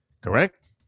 Correct